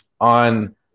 on